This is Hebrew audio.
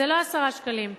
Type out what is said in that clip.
זה עולה 10 שקלים.